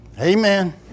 Amen